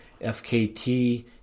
FKT